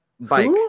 bike